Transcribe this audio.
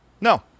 No